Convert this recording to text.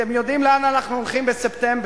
המליאה.) אתם יודעים לאן אנחנו הולכים בספטמבר,